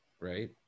right